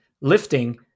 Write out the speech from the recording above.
lifting